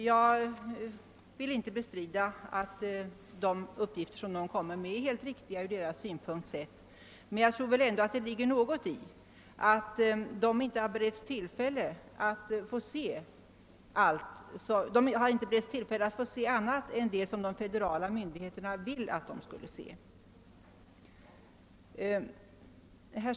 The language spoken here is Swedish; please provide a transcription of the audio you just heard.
Jag vill inte bestrida att de uppgifter observatörerna lämnar är helt riktiga från deras synpunkt, men jag tror ändå att det ligger något i invändningen att de inte har beretts tillfälle att få se annat än det som de federala myndigheterna velat att de skulle få se.